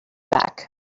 back